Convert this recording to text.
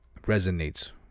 resonates